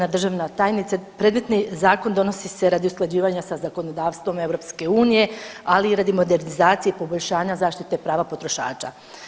Uvažena državna tajnice, predmetni zakon donosi se radi usklađivanja sa zakonodavstvom EU, ali i radi modernizacije i poboljšanja zaštite prava potrošača.